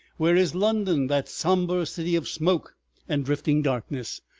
where is london, that somber city of smoke and drifting darkness,